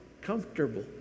comfortable